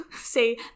say